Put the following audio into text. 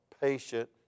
Patient